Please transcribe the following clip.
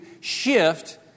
shift